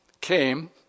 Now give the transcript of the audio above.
came